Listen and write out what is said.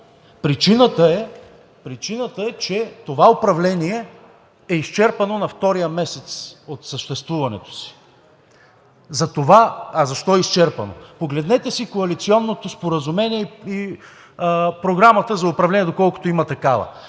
причината е, че това управление е изчерпано на втория месец от съществуването си. А защо е изчерпано? Погледнете си коалиционното споразумение и програмата за управление, доколкото има такава.